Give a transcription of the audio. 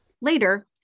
Later